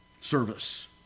service